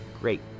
Great